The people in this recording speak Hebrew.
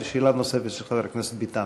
לשאלה הנוספת של חבר הכנסת דוד ביטן.